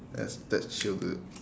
yes that's sure good